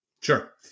sure